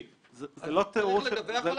צריך לדווח עליו?